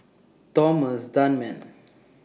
Thomas Dunman